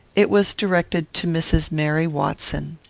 it was directed to mrs. mary watson.